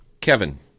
Kevin